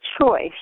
choice